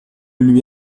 lui